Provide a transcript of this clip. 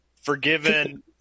Forgiven